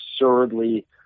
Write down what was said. absurdly